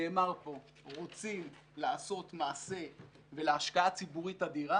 רוצים לעשות מעשה בהשקעה ציבורית אדירה